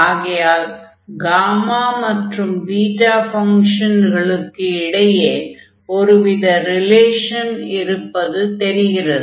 ஆகையால் காமா மற்றும் பீட்டா ஃபங்ஷன்களுக்கு இடையே ஒருவித ரிலேஷன் இருப்பது தெரிகிறது